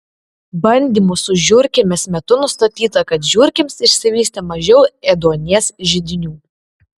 bandymų su žiurkėmis metu nustatyta kad žiurkėms išsivystė mažiau ėduonies židinių